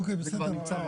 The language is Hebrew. זה כבר נמצא.